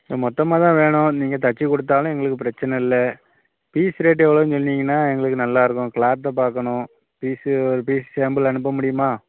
கொஞ்சம் மொத்தமாக தான் வேணும் நீங்கள் தைச்சி கொடுத்தாலும் எங்களுக்கு பிரச்சனை இல்லை பீஸ் ரேட்டு எவ்வளோன்னு சொன்னீங்கன்னா எங்களுக்கு நல்லா இருக்கும் கிளாத்தை பார்க்கணும் பீஸு ஒரு பீஸு சேம்புள் அனுப்ப முடியுமா